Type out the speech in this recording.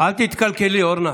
אל תתקלקלי, אורנה.